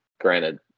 Granted